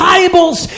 Bibles